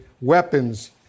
weapons